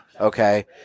Okay